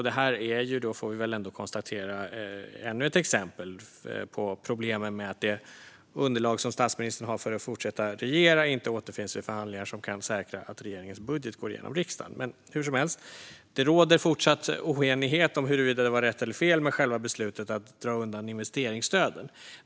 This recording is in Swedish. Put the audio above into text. Det här är - får vi väl ändå konstatera - ännu ett exempel på problemen med att det underlag som statsministern har för att fortsätta regera inte återfinns vid förhandlingar som kan säkra att regeringens budget går igenom riksdagen. Hur som helst - det råder fortsatt oenighet om huruvida det var rätt eller fel med själva beslutet att dra undan investeringsstöden.